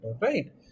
right